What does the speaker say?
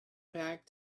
back